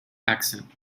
accent